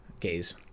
gaze